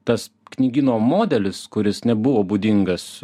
tas knygyno modelis kuris nebuvo būdingas